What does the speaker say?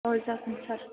औ जागोन सार